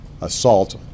assault